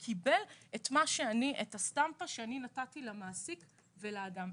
באמת קיבל את מה שאני נתתי למעסיק ולאדם.